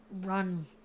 Run